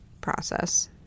process